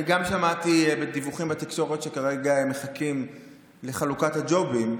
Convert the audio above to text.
אני גם שמעתי בדיווחים בתקשורת שכרגע הם מחכים לחלוקת הג'ובים.